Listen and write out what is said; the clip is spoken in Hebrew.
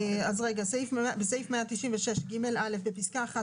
בסעיף 196(ג) בפסקה (1),